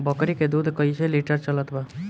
बकरी के दूध कइसे लिटर चलत बा?